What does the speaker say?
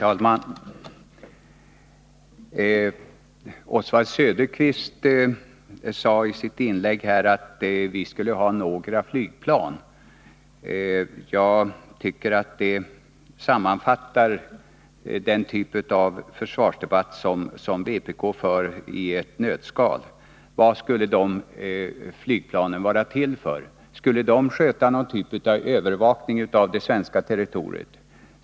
Herr talman! Oswald Söderqvist sade i sitt inlägg här att vi skulle ha ”några flygplan”. Jag tycker att det sammanfattar i ett nötskal den typ av försvarsdebatt som vpk för. Vad skulle de flygplanen vara till för? Skulle de sköta någon typ av övervakning av det svenska territoriet?